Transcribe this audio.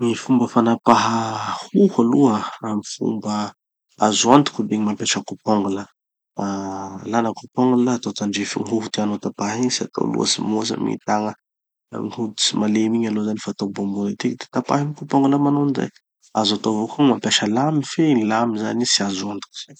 Gny fomba fanapaha hoho aloha, amy fomba azo antoky de gny mampiasa coupe à ongles. Alàna coupe à ongles, atao tandrify gny hoho tianao tapahy igny, tsy atao loatsy mihoatsy amy gny tagna na gny hoditsy malemy igny aloha zany fa atao ambonimbony da tapahy amy coupe à ongles manao anizay. Azo atao avao koa gny mampiasa lamy fe gny lamy zany tsy azo antoky.